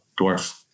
Dwarf